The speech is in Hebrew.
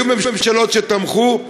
היו ממשלות שתמכו,